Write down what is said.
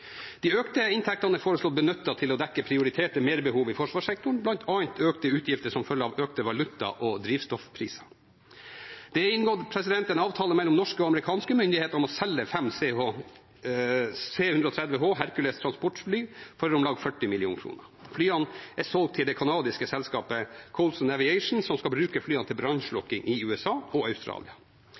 De økte inntektene er foreslått benyttet til å dekke prioriterte merbehov i forsvarssektoren, bl.a. økte utgifter som følge av økte valuta- og drivstoffpriser. Det er inngått en avtale mellom norske og amerikanske myndigheter om å selge fem C-130 Hercules transportfly for om lag 40 mill. kr. Flyene er solgt til det kanadiske selskapet Coulson Aviation, som skal bruke flyene til brannslukking i USA og Australia.